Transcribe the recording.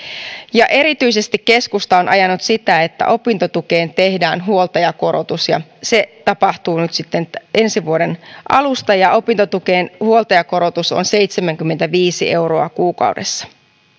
ja erityisesti keskusta on ajanut sitä että opintotukeen tehdään huoltajakorotus se tapahtuu nyt sitten ensi vuoden alusta ja opintotukeen huoltajakorotus on seitsemänkymmentäviisi euroa kuukaudessa